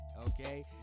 okay